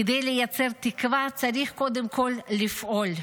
כדי לייצר תקווה צריך קודם כול לפעול.